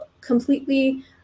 completely